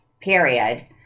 Period